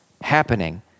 happening